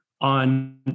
on